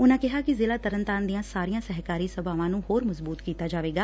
ਉਨੂਾਂ ਕਿਹਾ ਕਿ ਜ਼ਿਲ੍ਹਾ ਤਰਨ ਤਾਰਨ ਦੀਆਂ ਸਾਰੀਆਂ ਸਹਿਕਾਰੀ ਸਭਾਵਾਂ ਨੂੰ ਹੋਰ ਮਜ਼ਬੂਤ ਕੀਤਾ ਜਾਵੇਗਾ